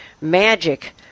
magic